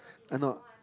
and not